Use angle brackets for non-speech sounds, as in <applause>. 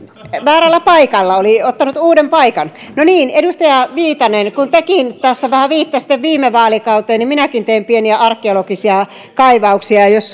väärällä paikalla oli ottanut uuden paikan no niin edustaja viitanen kun tekin tässä vähän viittasitte viime vaalikauteen niin minäkin teen pieniä arkeologisia kaivauksia jos <unintelligible>